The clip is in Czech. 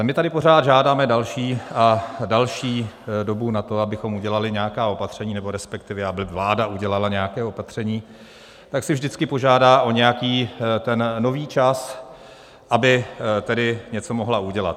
My tady pořád žádáme další a další dobu na to, abychom udělali nějaká opatření, respektive aby vláda udělala nějaká opatření, tak si vždycky požádá o nějaký nový čas, aby něco mohla udělat.